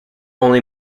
only